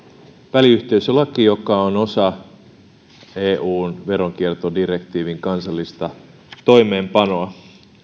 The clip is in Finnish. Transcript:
väliyhteisölaki joka on osa eun veronkiertodirektiivin kansallista toimeenpanoa